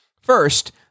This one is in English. First